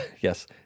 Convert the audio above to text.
Yes